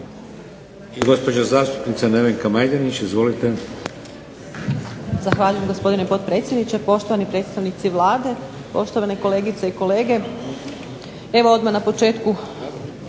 I gospođa zastupnica Nevenka Majdenić, izvolite. **Majdenić, Nevenka (HDZ)** Zahvaljujem, gospodine potpredsjedniče. Poštovani predstavnici Vlade, poštovane kolegice i kolege. Evo odmah na početku